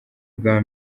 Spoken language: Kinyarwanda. bwa